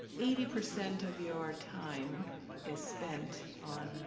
eighty percent of your time is spent on